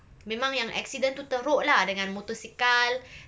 memang yang accident tu teruk lah dengan motosikal